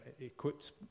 equipped